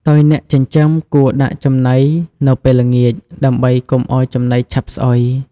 ដោយអ្នកចិញ្ចឹមគួរដាក់ចំណីនៅពេលល្ងាច ដើម្បីកុំឲ្យចំណីឆាប់ស្អុយ។